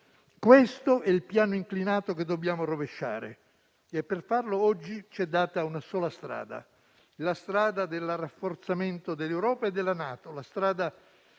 questo è il piano inclinato che dobbiamo rovesciare e, per farlo oggi, ci è data una sola strada: la strada del rafforzamento dell'Europa e della NATO, la strada